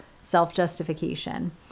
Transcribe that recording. self-justification